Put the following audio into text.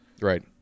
Right